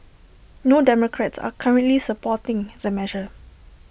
no democrats are currently supporting the measure